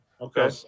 Okay